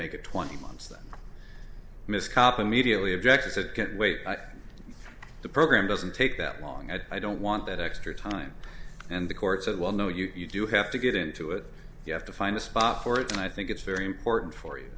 make it twenty months then miss cop immediately object i said can't wait the program doesn't take that long and i don't want that extra time and the court said well no you do have to get into it you have to find a spot for it and i think it's very important for you